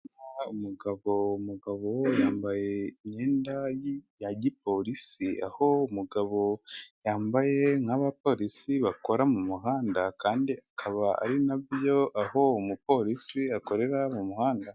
Umugabo we yambaye imyenda ya gipolisi aho umugabo yambaye nk'abapolisi bakora mu muhanda kandi akaba ari nabyo aho umupolisi akorera mu muhanda.